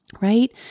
right